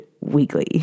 weekly